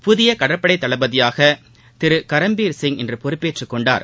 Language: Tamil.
புதிய கடற்படை தளபதியாக திரு கரம்பீர் சிங் இன்று பொறுப்பேற்றுக்கொண்டார்